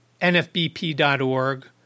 nfbp.org